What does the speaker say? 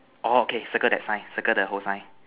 orh okay circle that sign circle the whole sign